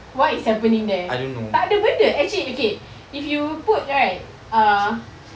what is happening there tak ada benda actually okay if you put right uh